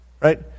Right